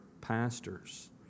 pastors